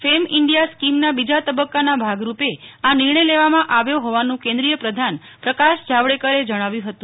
fame India સ્કીમના બીજા તબક્કાના ભાગરૂપે આ નિર્ણય લેવામાં આવ્યો હોવાનું કેન્દ્રીય પ્રધાન પ્રકાશ જાવડેકરે જણાવ્યુ હતું